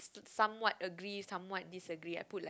somewhat agree somewhat disagree I put like